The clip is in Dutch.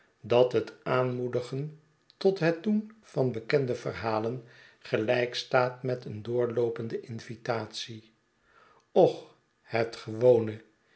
dat het aanmoedigen tot het doen van bekende verhalen gelijk staat met een doorloopende invitatie och het gewone